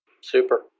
Super